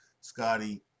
Scotty